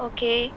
Okay